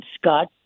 Scott